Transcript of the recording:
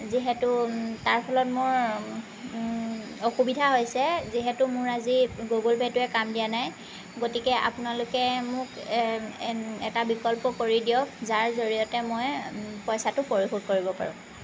যিহেতু তাৰ ফলত মোৰ অসুবিধা হৈছে যিহেতু মোৰ আজি গুগোল পে টোৱে কাম দিয়া নাই গতিকে আপোনালোকে মোক এটা বিকল্প কৰি দিয়ক যাৰ জৰিয়তে মই পইচাটো পৰিশোধ কৰিব পাৰোঁ